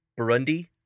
Burundi